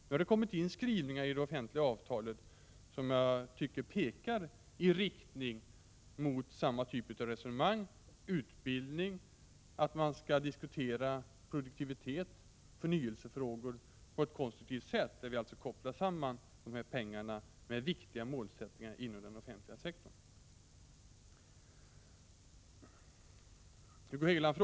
Nu har det kommit in skrivningar i det offentliga avtalet som jag tycker pekar i riktning mot samma typ av resonemang — att man skall diskutera utbildning, produktivitet och förnyelsefrågor på ett konstruktivt sätt, så att vi alltså kopplar samman de här pengarna med viktiga målsättningar inom den Prot. 1986/87:40 offentliga sektorn.